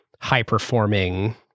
high-performing